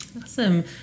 Awesome